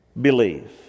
believe